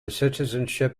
citizenship